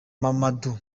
mamadou